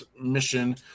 mission